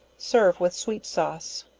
serve with sweet sauce.